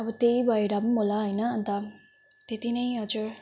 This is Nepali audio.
अब त्यही भएर पनि होला हैन अनि त त्यति नै हजुर